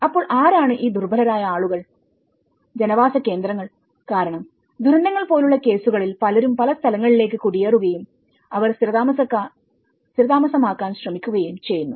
അപ്പോൾ ആരാണ് ഈ ദുർബലരായ ആളുകൾ ജനവാസ കേന്ദ്രങ്ങൾ കാരണം ദുരന്തങ്ങൾ പോലുള്ള കേസുകളിൽ പലരും പല സ്ഥലങ്ങളിലേക്ക് കുടിയേറുകയും അവർ സ്ഥിരതാമസമാക്കാൻ ശ്രമിക്കുകയും ചെയ്യുന്നു